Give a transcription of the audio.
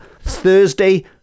Thursday